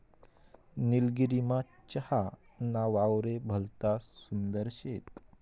निलगिरीमा चहा ना वावरे भलता सुंदर शेत